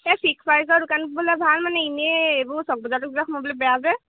এই ফিক্স প্ৰাইজৰ দোকানবােলে ভাল মানে এনেই এইবোৰ চ'ক বজাৰ টক বজাৰ সোমাবলৈ বেয়া যে